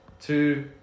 two